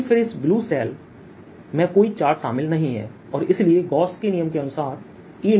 लेकिन फिर इस ब्लू शेल में कोई चार्ज शामिल नहीं है और इसलिए गॉस के नियमGausss Law के अनुसार EdS शून्य है